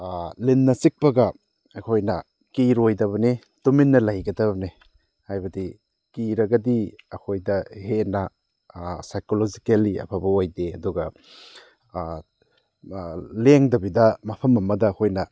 ꯂꯤꯟꯅ ꯆꯤꯛꯄꯒ ꯑꯩꯈꯣꯏꯅ ꯀꯤꯔꯣꯏꯗꯕꯅꯤ ꯇꯨꯃꯤꯟꯅ ꯂꯩꯒꯗꯕꯅꯤ ꯍꯥꯏꯕꯗꯤ ꯀꯤꯔꯒꯗꯤ ꯑꯩꯈꯣꯏꯗ ꯍꯦꯟꯅ ꯁꯥꯏꯀꯣꯂꯣꯖꯤꯀꯦꯜꯂꯤ ꯑꯐꯕ ꯑꯣꯏꯗꯦ ꯑꯗꯨꯒ ꯂꯦꯡꯗꯕꯤꯗ ꯃꯐꯝ ꯑꯃꯗ ꯑꯩꯈꯣꯏꯅ